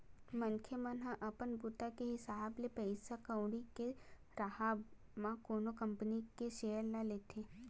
मनखे मन ह अपन बूता के हिसाब ले पइसा कउड़ी के राहब म कोनो कंपनी के सेयर ल लेथे